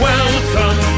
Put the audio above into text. Welcome